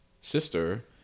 sister